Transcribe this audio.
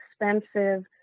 expensive